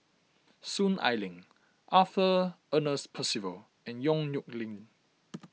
Soon Ai Ling Arthur Ernest Percival and Yong Nyuk Lin